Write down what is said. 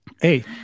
Hey